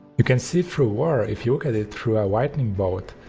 you can see through water if you look at it through a lightning bolt.